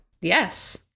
Yes